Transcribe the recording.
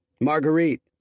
Marguerite